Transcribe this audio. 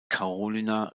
carolina